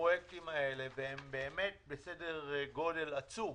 ובאמת הפרויקטים האלה של הרכבת הם בסדר גודל עצום,